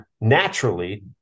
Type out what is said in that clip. naturally